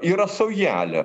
yra saujelė